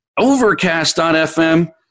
Overcast.fm